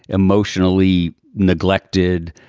emotionally neglected,